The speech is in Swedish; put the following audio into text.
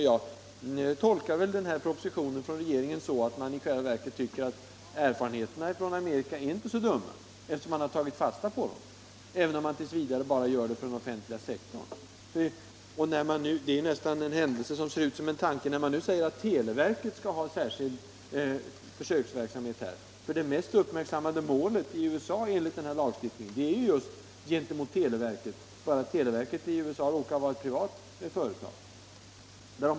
Jag tolkar den här propositionen från regeringen så att man i själva verket tycker att erfarenheterna från Amerika inte är så dumma, eftersom man har tagit fasta på dem, även om man t. v. bara gör det för den offentliga sektorn. Det är nästan en händelse som ser ut som en tanke, när man nu föreslår att televerket skall ha en särskild försöksverksamhet. Det mest uppmärksammade målet i USA enligt denna lagstiftning gäller just televerket. Det är bara det att televerket i USA råkar vara ett privat företag.